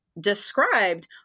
described